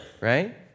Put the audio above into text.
right